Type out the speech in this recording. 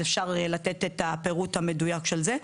אז אפשר לתת את הפירוט המדויק של זה.